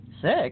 Six